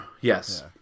yes